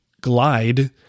glide